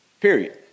Period